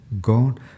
Gone